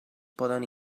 poden